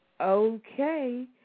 okay